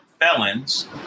felons